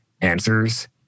answers